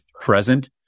present